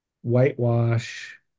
whitewash